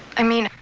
i mean.